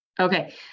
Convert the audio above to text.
Okay